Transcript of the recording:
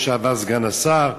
סגן השר,